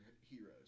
heroes